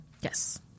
Yes